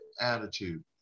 attitude